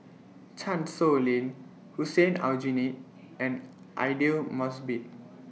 Chan Sow Lin Hussein Aljunied and Aidli Mosbit